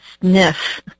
sniff